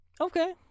Okay